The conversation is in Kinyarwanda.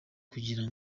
kugira